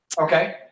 Okay